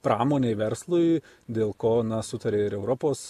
pramonei verslui dėl ko sutarė ir europos